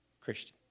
christian